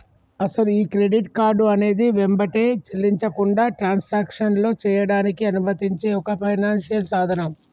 అసలు ఈ credit card అనేది వెంబటే చెల్లించకుండా ట్రాన్సాక్షన్లో చేయడానికి అనుమతించే ఒక ఫైనాన్షియల్ సాధనం